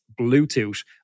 Bluetooth